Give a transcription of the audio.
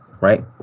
right